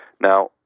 Now